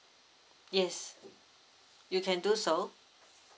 yes you can do so